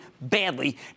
badly